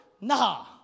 Nah